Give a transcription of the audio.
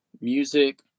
Music